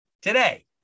today